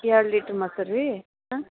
ಎರಡು ಲೀಟ್ರ್ ಮೊಸ್ರ್ ರೀ ಹಾಂ